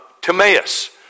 Timaeus